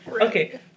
Okay